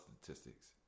statistics